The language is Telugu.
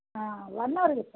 one hour A